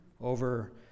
over